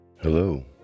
Hello